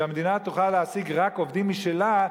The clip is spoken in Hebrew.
שהמדינה תוכל להעסיק רק עובדים משלה,